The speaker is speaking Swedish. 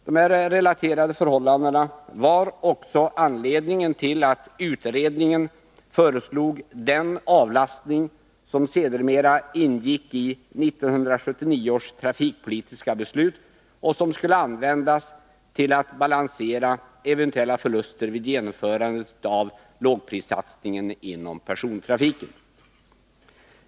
De relaterade förhållandena var också anledningen till att utredningen föreslog den avlastning som sedermera ingick i 1979 års trafikpolitiska beslut och som skulle användas till att balansera eventuella förluster vid genomförandet av lågprissatsningen inom persontrafiken.